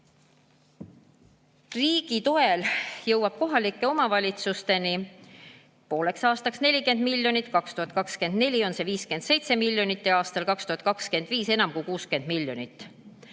Riigi toel jõuab kohalike omavalitsusteni pooleks aastaks 40 miljonit, aastal 2024 on see 57 miljonit ja aastal 2025 enam kui 60 miljonit.